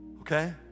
okay